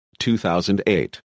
2008